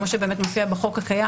כמו שבאמת מופיע בחוק הקיים,